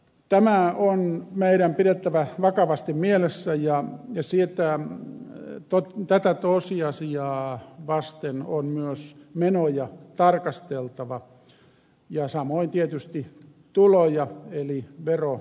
tämä on meidän pidettävä vakavasti mielessä ja tätä tosiasiaa vasten on myös menoja tarkasteltava ja samoin tietysti tuloja eli veroratkaisuja